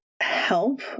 help